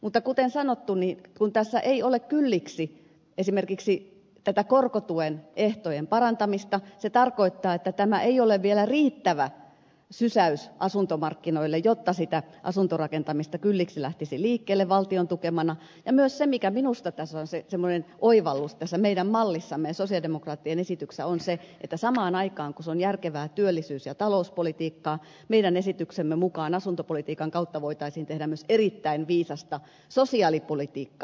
mutta kuten sanottu kun tässä ei ole kylliksi esimerkiksi tätä korkotuen ehtojen parantamista se tarkoittaa että tämä ei ole vielä riittävä sysäys asuntomarkkinoille jotta sitä asuntorakentamista kylliksi lähtisi liikkeelle valtion tukemana ja myös se mikä minusta on semmoinen oivallus tässä meidän mallissamme ja sosialidemokraattien esityksessä on että samaan aikaan kun se on järkevää työllisyys ja talouspolitiikkaa meidän esityksemme mukaan asuntopolitiikan kautta voitaisiin tehdä myös erittäin viisasta sosiaalipolitiikkaa